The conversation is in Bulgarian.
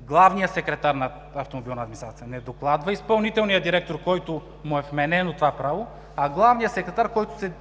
главният секретар на Автомобилна администрация, не докладва изпълнителният директор, на който му е вменено това право, а главният секретар, който се